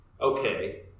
Okay